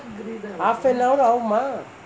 half an hour ஆகுமா:aagumaa